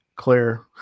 clear